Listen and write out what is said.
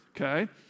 Okay